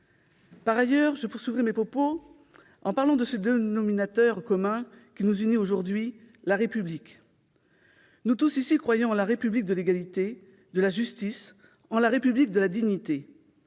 légitime. Je poursuivrai mes propos en évoquant le dénominateur commun qui nous unit aujourd'hui : la République. Nous tous ici croyons en la République de l'égalité et de la justice, en la République de la dignité.